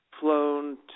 flown